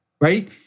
right